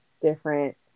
different